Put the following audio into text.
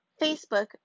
Facebook